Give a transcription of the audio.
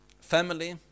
Family